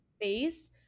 space